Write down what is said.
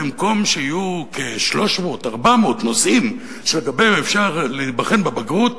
במקום שיהיו 300 400 נושאים שבהם אפשר להיבחן בבגרות,